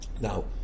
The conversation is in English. now